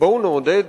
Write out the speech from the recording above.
בואו נעודד